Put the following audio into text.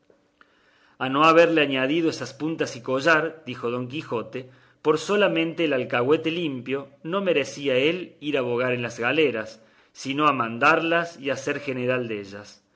a no haberle añadido esas puntas y collar dijo don quijote por solamente el alcahuete limpio no merecía él ir a bogar en las galeras sino a mandallas y a ser general dellas